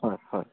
হয় হয়